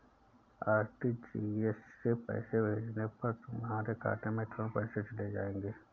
RTGS से पैसे भेजने पर तुम्हारे खाते में तुरंत पैसे चले जाएंगे